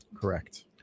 Correct